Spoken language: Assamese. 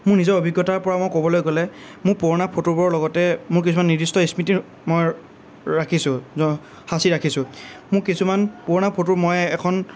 মোৰ নিজৰ অভিজ্ঞতাৰ পৰা মই ক'বলৈ গ'লে মোৰ পুৰণা ফটোবোৰৰ লগতে মোৰ কিছুমান নিৰ্দিষ্ট স্মৃতি মই ৰাখিছোঁ সাঁচি ৰাখিছোঁ মোৰ কিছুমান পুৰণা ফটো মই এখন